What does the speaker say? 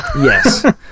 Yes